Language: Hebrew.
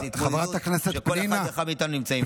זו התמודדות שכל אחד ואחד מאיתנו נמצא שם.